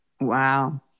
Wow